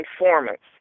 informants